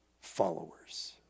followers